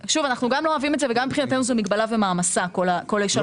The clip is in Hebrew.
גם לא אוהבים את זה וגם מבחינתנו זו מגבלה ומעמסה כל השלוש.